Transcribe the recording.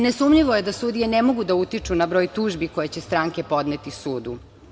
Nesumnjivo je da sudije ne mogu da utiču na broj tužbi koje će stranke podneti sudu.